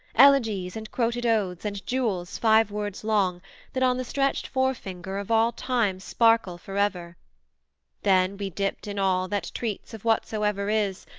elegies and quoted odes, and jewels five-words-long that on the stretched forefinger of all time sparkle for ever then we dipt in all that treats of whatsoever is,